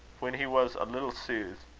when he was a little soothed,